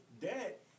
debt